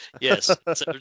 Yes